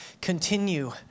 continue